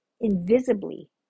invisibly